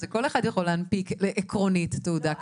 כל אחד יכול להנפיק עקרונית תעודה כזאת.